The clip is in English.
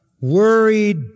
worried